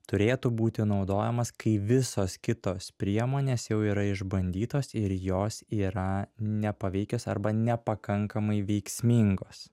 turėtų būti naudojamas kai visos kitos priemonės jau yra išbandytos ir jos yra nepaveikios arba nepakankamai veiksmingos